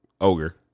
Ogre